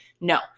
No